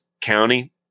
county